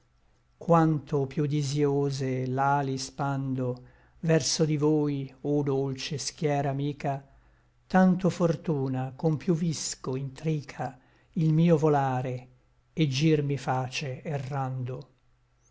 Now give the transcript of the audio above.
quanto piú disïose l'ali spando verso di voi o dolce schiera amica tanto fortuna con piú visco intrica il mio volare et gir mi face errando